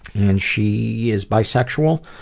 and she is bisexual,